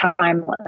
timeless